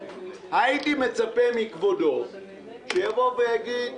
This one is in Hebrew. הייתי מצפה מכבודו שיבוא ויגיד: